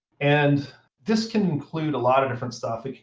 and this can include a lot of different stuff. it